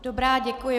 Dobrá, děkuji.